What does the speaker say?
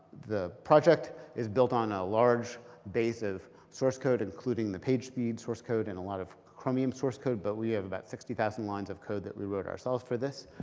the project is built on a large base of source code, including the pagespeed source code and a lot of chromium source code, but we have about sixty thousand lines of code that we wrote ourselves for this.